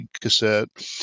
cassette